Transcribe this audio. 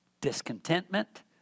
discontentment